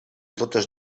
totes